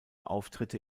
auftritte